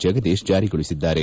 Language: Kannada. ಜಗದೀಶ್ ಜಾರಿಗೊಳಿಸಿದ್ದಾರೆ